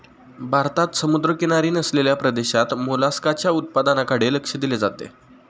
भारतात समुद्रकिनारी नसलेल्या प्रदेशात मोलस्काच्या उत्पादनाकडे लक्ष दिले जाते